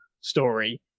story